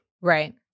Right